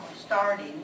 starting